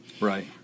Right